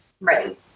Ready